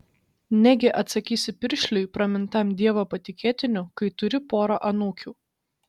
negi atsakysi piršliui pramintam dievo patikėtiniu kai turi porą anūkių